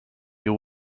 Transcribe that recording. you